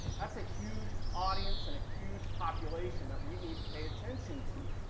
that's a huge audience and a huge population that we need to pay attention to.